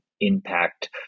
impact